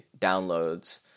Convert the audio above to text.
downloads